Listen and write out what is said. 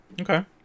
Okay